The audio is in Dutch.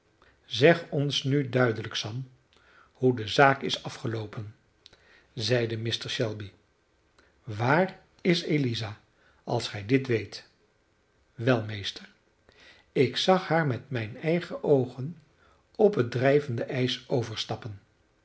zeg ons nu duidelijk sam hoe de zaak is afgeloopen zeide mr shelby waar is eliza als gij dit weet wel meester ik zag haar met mijne eigene oogen op het drijvende ijs overstappen